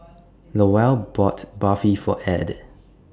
Lowell bought Barfi For Add